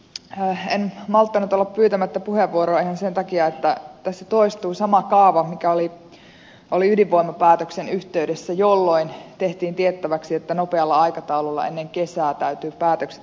en malttanut olla pyytämättä puheenvuoroa ihan sen takia että tässä toistuu sama kaava mikä oli ydinvoimapäätöksen yhteydessä jolloin tehtiin tiettäväksi että nopealla aikataululla ennen kesää täytyy päätökset tehdä